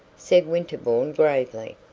said winterbourne gravely.